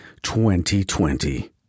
2020